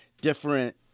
different